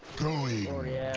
coolly